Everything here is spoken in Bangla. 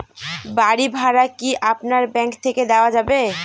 বাড়ী ভাড়া কি আপনার ব্যাঙ্ক থেকে দেওয়া যাবে?